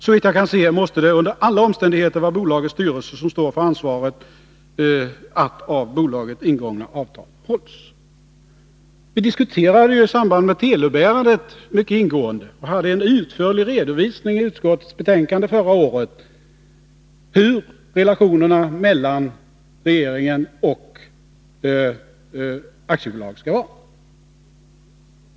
Såvitt jag kan se måste det under alla omständigheter vara bolagets styrelse som har ansvaret för att av bolaget ingångna avtal hålls. I samband med TELUB affären diskuterade vi detta mycket ingående och hade en utförlig redovisning i utskottsbetänkandet förra året av hur relationerna mellan regeringen och aktiebolag skall vara.